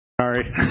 Sorry